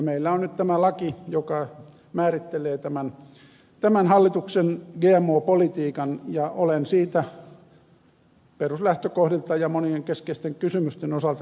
meillä on nyt tämä laki joka määrittelee tämän hallituksen gmo politiikan ja olen siitä peruslähtökohdilta ja monien keskeisten kysymysten osalta valitettavasti eri mieltä